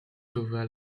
sauva